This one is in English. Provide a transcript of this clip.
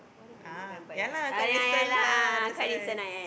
ah ya lah quite recent lah that's why